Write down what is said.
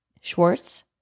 Schwartz